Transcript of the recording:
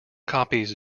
copies